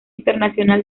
internacional